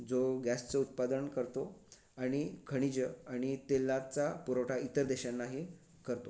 जो गॅसचं उत्पादन करतो आणि खनिजं आणि तेलाचा पुरवठा इतर देशांनाही करतो